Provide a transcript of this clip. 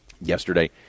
yesterday